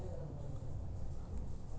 बइगनी ओल के सवाद मीठ होइ छइ